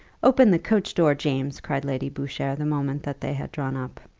open the coach-door, james! cried lady boucher the moment that they had drawn up.